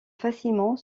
facilement